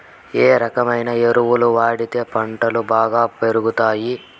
ఏ రకమైన ఎరువులు వాడితే పంటలు బాగా పెరుగుతాయి?